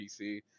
PC